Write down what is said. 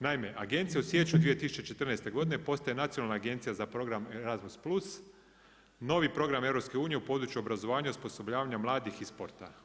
Naime, agencija u siječnju 2014. godine postane nacionalna agencija za program Erasmus plus, novi program EU u području obrazovanja, osposobljavanja mladih i sporta.